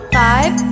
five